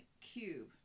cube